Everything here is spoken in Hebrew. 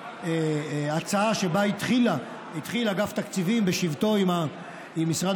שההצעה שבה התחיל אגף תקציבים בשבתו עם משרד